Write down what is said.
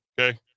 okay